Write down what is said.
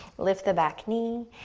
lift the back knee,